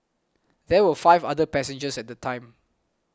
there were five other passengers at the time